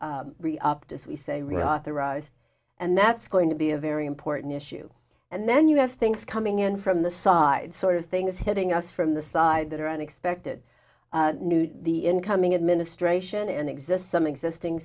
reauthorized and that's going to be a very important issue and then you have things coming in from the side sort of things hitting us from the side that are unexpected new to the incoming administration and exist some existing